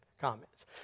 comments